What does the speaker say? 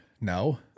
No